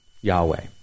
Yahweh